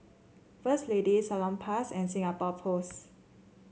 First Lady Salonpas and Singapore Post